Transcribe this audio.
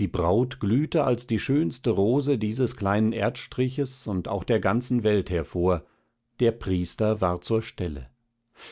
die braut glühte als die schönste rose dieses kleinen erdstriches und auch der ganzen welt hervor der priester war zur stelle